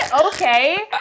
okay